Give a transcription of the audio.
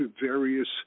various